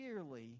clearly